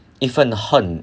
一份恨